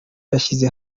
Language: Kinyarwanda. yashyize